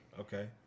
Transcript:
Okay